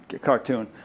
cartoon